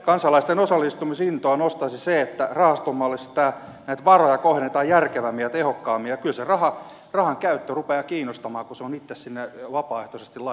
kansalaisten osallistumisintoa nostaisi se että rahastomallissa näitä varoja kohdennetaan järkevämmin ja tehokkaammin ja kyllä se rahan käyttö rupeaa kiinnostamaan kun se raha on itse sinne vapaaehtoisesti laitettu